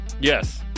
Yes